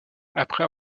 après